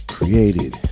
Created